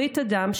ברית הדם,